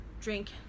drink